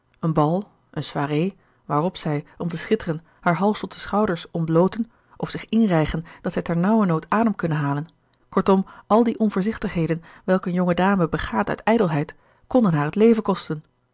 een bal een soirée waaropzij om te schitteren haar hals tot de schouders ontblooten of zich inrijgen dat zij ter nauwernood adem kunnen halen kortom al die onvoorzichtigheden welke eene jonge dame begaat uit ijdelheid konden haar het leven kosten